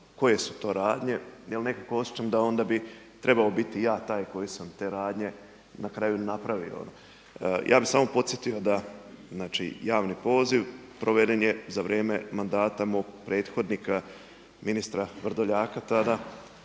koje su to radnje jer nekako osjećam da onda bih trebao biti ja taj koji sam te radnje na kraju napravio. Ja bih samo podsjetio da javni poziv proveden je za vrijeme mandata mog prethodnika ministra Vrdoljaka tada.